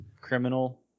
criminal